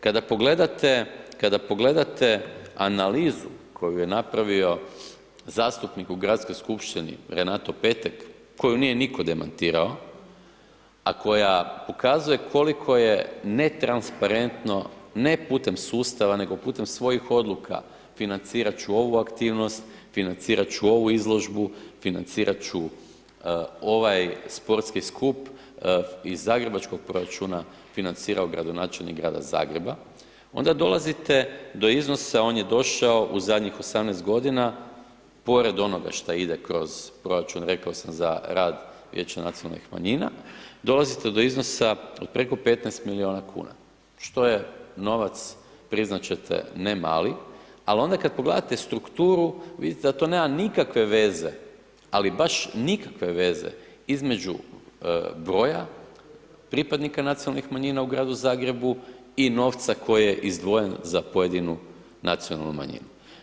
Kada pogledate analizu koju je napravio zastupnik u Gradskoj skupštini, Renato Petek, koju nije nitko demantirao, a koja pokazuje koliko je netransparentno, ne putem sustava, nego putem svojih odluka, financirat ću ovu aktivnost, financirat ću ovu izložbu, financirat ću ovaj sportski skup, iz zagrebačkog proračuna, financirao gradonačelnik Grada Zagreba, onda dolazite do iznosa, on je došao u zadnjih 18 godina, pored onoga što ide kroz proračun, rekao sam za rad vijeća nacionalnih manjina, dolazite do iznosa od preko 15 milijuna kuna, što je novac, priznat ćete, ne mali, al onda kad pogledate strukturu, vidite da to nema nikakve veze, ali baš nikakve veze između broja pripadnika nacionalnih manjina u Gradu Zagrebu i novca koji je izdvojen za pojedinu nacionalnu manjinu.